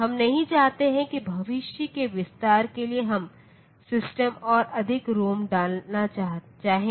हम नहीं चाहते हैं कि भविष्य के विस्तार के लिए हम सिस्टम और अधिक रोम डालना चाहें